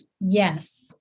Yes